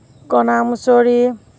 কণামুছুৰি